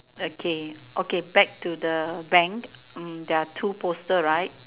okay okay back to the bank there are two poster right